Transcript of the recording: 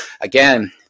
again